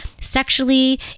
Sexually